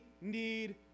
need